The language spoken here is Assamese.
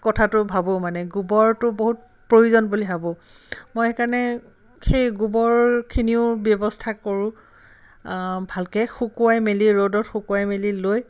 কথাটো ভাবোঁ মানে গোবৰটো বহুত প্ৰয়োজন বুলি ভাবোঁ মই সেইকাৰণে সেই গোবৰখিনিও ব্যৱস্থা কৰোঁ ভালকৈ শুকুৱাই মেলি ৰ'দত শুকুৱাই মেলি লৈ